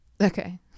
Okay